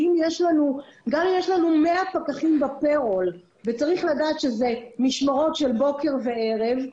גם אם יש לנו 100 פקחים בפיירול צריך לדעת שזה משמרות של בוקר וערב,